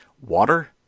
water